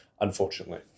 Unfortunately